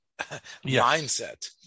mindset